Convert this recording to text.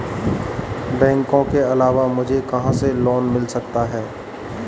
बैंकों के अलावा मुझे कहां से लोंन मिल सकता है?